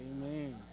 Amen